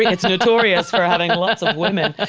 it's notorious for having lots of women. ah